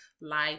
life